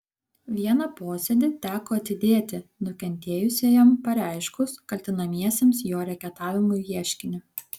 vieną posėdį teko atidėti nukentėjusiajam pareiškus kaltinamiesiems jo reketavimu ieškinį